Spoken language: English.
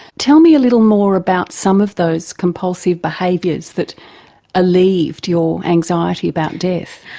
tell me little more about some of those compulsive behaviours that alieved your anxiety about death.